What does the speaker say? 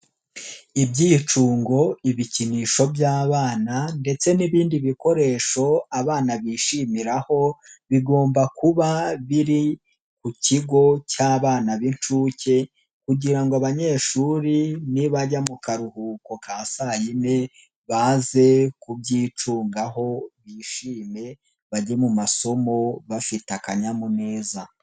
Ibyicungo, ibikinisho by'abana ndetse n'ibindi bikoresho abana bishimiraho, bigomba kuba biri ku kigo cy'abana b'inshuke kugira ngo abanyeshuri nibajya mu karuhuko ka saa yine, baze kubyicungaho bishime bajye mu masomo bafite akanyamuneza.